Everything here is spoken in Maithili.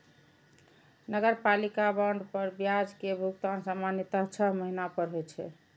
नगरपालिका बांड पर ब्याज के भुगतान सामान्यतः छह महीना पर होइ छै